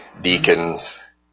deacons